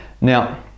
Now